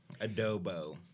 Adobo